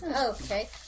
Okay